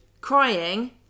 crying